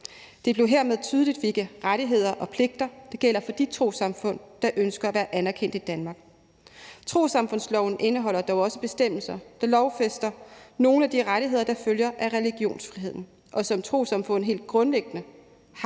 Det blev hermed tydeligt, hvilke rettigheder og pligter der gælder for de trossamfund, der ønsker at være anerkendte i Danmark. Trossamfundsloven indeholder dog også bestemmelser, der lovfæster nogle af de rettigheder, der følger af religionsfriheden, og som trossamfund helt grundlæggende har,